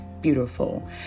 beautiful